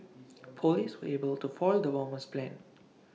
Police were able to foil the bomber's plans